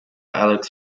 alex